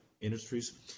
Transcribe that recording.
industries